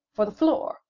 for the floor,